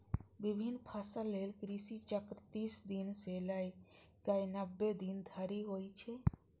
विभिन्न फसल लेल कृषि चक्र तीस दिन सं लए कए नब्बे दिन धरि होइ छै